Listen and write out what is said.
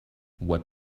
what